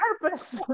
purpose